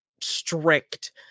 strict